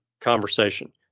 conversation